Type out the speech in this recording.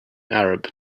arab